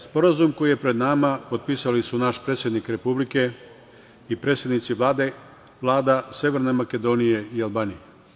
Sporazum koji je pred nama potpisali su naš predsednik Republike i predsednici Vlada Severne Makedonije i Albanije.